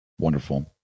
Wonderful